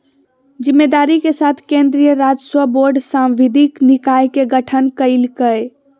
जिम्मेदारी के साथ केन्द्रीय राजस्व बोर्ड सांविधिक निकाय के गठन कइल कय